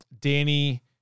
Danny